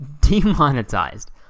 demonetized